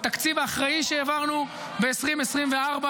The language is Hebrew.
בתקציב האחראי שהעברנו ב-2024,